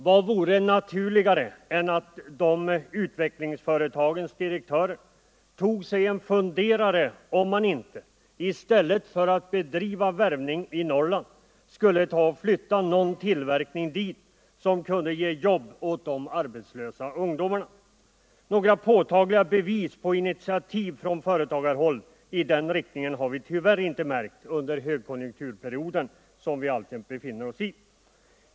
Vad vore naturligare än att dessa utvecklingsföretags direktörer tog sig en funderare på om man inte, i stället för att bedriva värvning i Norrland, skulle flytta någon tillverkning dit, som kunde ge jobb åt de arbetslösa ungdomarna? Några påtagliga bevis på initiativ från företagarhåll i den riktningen har vi tyvärr inte märkt under högkonjunkturperioden som vi alltjämt befinner oss i.